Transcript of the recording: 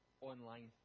online